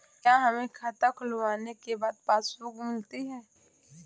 क्या हमें खाता खुलवाने के बाद पासबुक मिलती है?